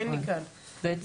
נכון.